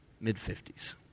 Mid-50s